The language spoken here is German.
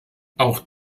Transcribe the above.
auch